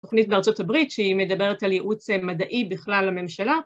תוכנית בארצות הברית שהיא מדברת על ייעוץ מדעי בכלל לממשלה